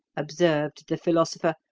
observed the philosopher,